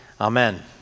Amen